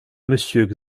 monsieur